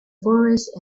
forest